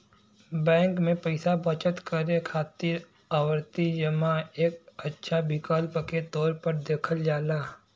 bank में पैसा बचत करे खातिर आवर्ती जमा एक अच्छा विकल्प के तौर पर देखल जाला